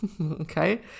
Okay